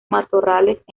matorrales